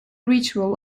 ritual